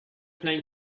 playing